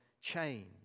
change